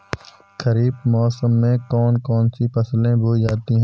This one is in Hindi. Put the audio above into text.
खरीफ मौसम में कौन कौन सी फसलें बोई जाती हैं?